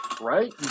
right